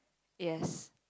yes